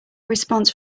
response